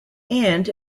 and